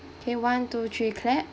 okay one two three clap